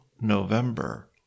November